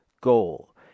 goal